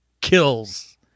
kills